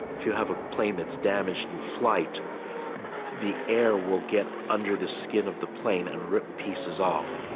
if you have a plane that's damaged in flight the air will get under the skin of the plane and rip pieces off